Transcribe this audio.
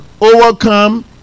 overcome